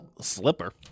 Slipper